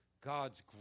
God's